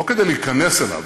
לא כדי להיכנס אליו,